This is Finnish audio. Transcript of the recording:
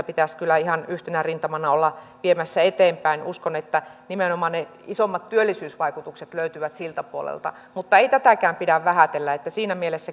pitäisi kyllä ihan yhtenä rintamana olla viemässä eteenpäin uskon että nimenomaan ne isommat työllisyysvaikutukset löytyvät siltä puolelta mutta ei tätäkään pidä vähätellä ja